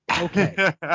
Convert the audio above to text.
Okay